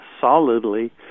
solidly